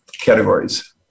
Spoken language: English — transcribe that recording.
categories